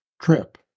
trip